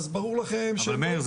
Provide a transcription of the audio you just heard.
אז ברור לכם --- אבל מאיר,